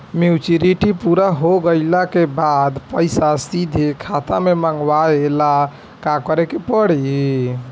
Maturity पूरा हो गइला के बाद पईसा सीधे खाता में मँगवाए ला का करे के पड़ी?